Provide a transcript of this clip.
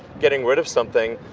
getting rid of something,